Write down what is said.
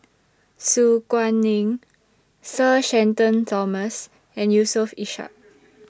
Su Guaning Sir Shenton Thomas and Yusof Ishak